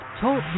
Talk